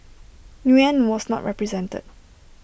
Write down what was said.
Nguyen was not represented